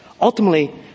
Ultimately